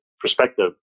perspective